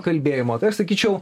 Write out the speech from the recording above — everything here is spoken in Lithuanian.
kalbėjimo tai aš sakyčiau